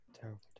terrible